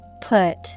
Put